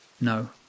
No